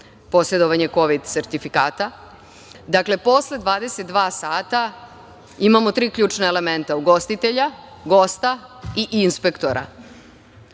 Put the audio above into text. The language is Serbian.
posedovanje kovid sertifikata. Dakle, posle 22.00 sata imamo tri ključna elementa: ugostitelja, gosta i inspektora.